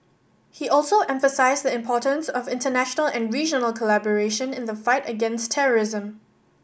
he also emphasised the importance of international and regional collaboration in the fight against terrorism